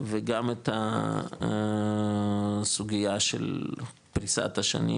וגם את הסוגייה של פריסת השנים